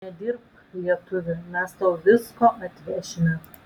nedirbk lietuvi mes tau visko atvešime